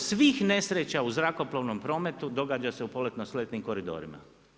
80% svih nesreća u zrakoplovnog prometu događa se u poletno sletnih koridorima.